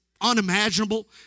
unimaginable